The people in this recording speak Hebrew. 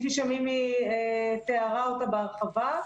כפי שמילי תיארה בהרחבה.